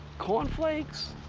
cornflakes.